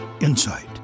insight